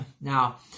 Now